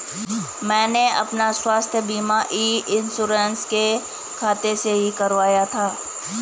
मैंने अपना स्वास्थ्य बीमा ई इन्श्योरेन्स के खाते से ही कराया था